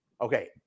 okay